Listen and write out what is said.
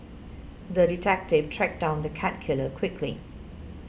the detective tracked down the cat killer quickly